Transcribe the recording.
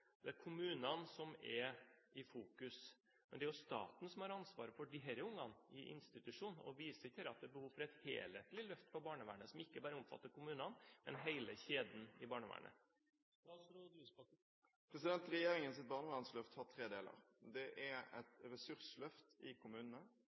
staten som har ansvaret for disse barna i institusjon, og viser ikke dette at det er behov for et helhetlig løft for barnevernet, som ikke bare omfatter kommunene, men hele kjeden i barnevernet? Regjeringens barnevernsløft har tre deler. Det er et